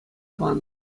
панӑ